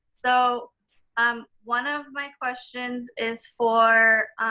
so um one of my questions is for